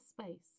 space